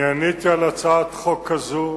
אני עניתי על הצעת חוק כזו,